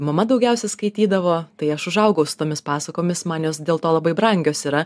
mama daugiausiai skaitydavo tai aš užaugau su tomis pasakomis man jos dėl to labai brangios yra